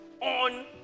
on